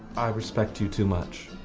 i respect you too much.